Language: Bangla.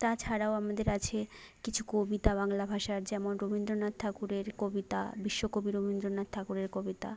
তাছাড়াও আমাদের কাছে কিছু কবিতা বাংলা ভাষার যেমন রবীন্দ্রনাথ ঠাকুরের কবিতা বিশ্বকবি রবীন্দ্রনাথ ঠাকুরের কবিতা